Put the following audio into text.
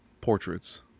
portraits